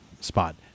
spot